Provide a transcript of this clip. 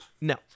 No